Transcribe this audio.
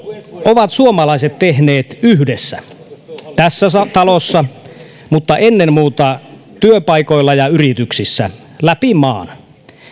ovat suomalaiset tehneet yhdessä tässä talossa mutta ennen muuta työpaikoilla ja yrityksissä läpi maan